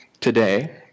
today